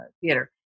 theater